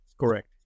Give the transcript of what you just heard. Correct